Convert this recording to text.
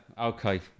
okay